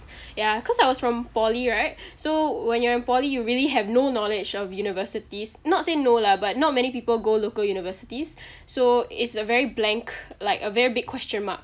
ya cause I was from poly right so when you're in poly you really have no knowledge of universities not say no lah but not many people go local universities so it's a very blank like a very big question mark